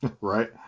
Right